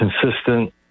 consistent